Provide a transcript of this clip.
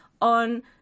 on